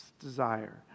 desire